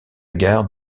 gare